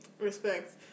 respect